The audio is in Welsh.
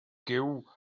gyw